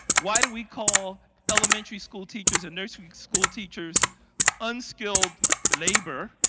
why do we call elementary school teachers and nursery school teachers unskilled labor?